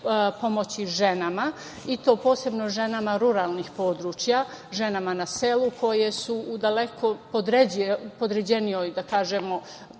i to posebno ženama ruralnih područja, ženama na selu koje su u daleko podređenijem